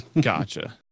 gotcha